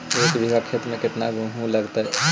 एक बिघा खेत में केतना गेहूं लगतै?